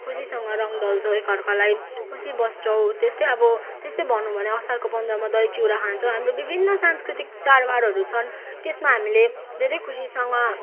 खुसीसँग रङ्ग दल्छौँ एकार्कालाई खुसी बस्छौँ त्यस्तै अब त्यस्तै भनौँ भने असारको पन्ध्रमा दही चिउरा खान्छौँ हाम्रो विभिन्न सांस्कृतिक चाड बाडहरू छन् त्यसमा हामीले धेरै खुसीसँग